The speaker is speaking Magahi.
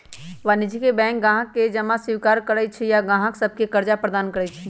वाणिज्यिक बैंक गाहक से जमा स्वीकार करइ छइ आऽ गाहक सभके करजा प्रदान करइ छै